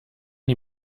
die